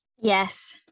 Yes